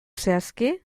zehazki